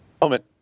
moment